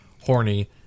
horny